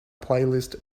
playlist